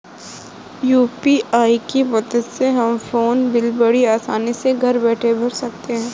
UPI की मदद से हम फ़ोन बिल बड़ी आसानी से घर बैठे भर सकते हैं